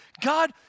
God